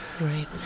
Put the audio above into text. Right